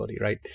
right